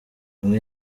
umwe